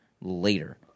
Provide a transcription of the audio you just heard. later